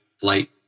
flight